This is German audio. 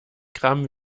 gramm